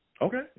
Okay